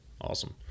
awesome